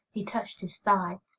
he touched his thigh.